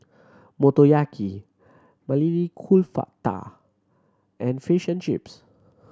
Motoyaki Maili Kofta and Fish and Chips